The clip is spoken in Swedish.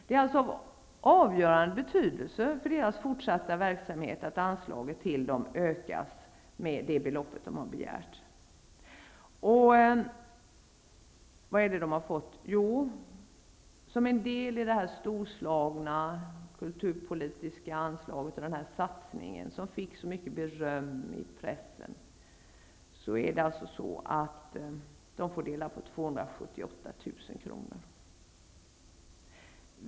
Det är alltså av avgörande betydelse för centrumbildningarnas fortsatta verksamhet att deras anslag ökar med det belopp det har begärt. Vad har de då fått? Jo, som en del i det storslagna kulturpolitiska anslaget i den satsning som fick så mycket beröm i pressen får de dela på 278 000 kr.